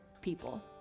people